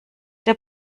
der